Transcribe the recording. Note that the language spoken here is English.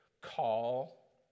Call